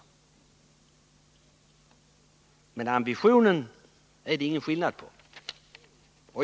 Men ambitionerna är det ingen skillnad på.